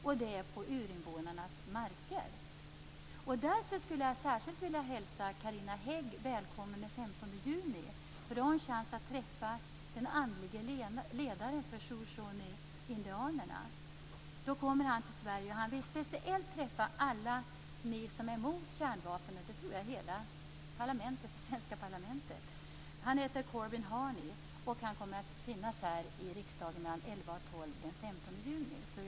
Det är på urinvånarnas marker. Därför skulle jag särskilt vilja hälsa Carina Hägg välkommen den 15 juni. Då har hon chans att träffa den andlige ledaren för Shoshoneindianerna som kommer till Sverige och speciellt vill träffa alla som är emot kärnvapen, och det tror jag är hela svenska parlamentet. Han heter Corbin Harney, och han kommer att finnas här i riksdagen mellan kl. 11.00 och 12.00 den 15 juni.